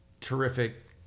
Terrific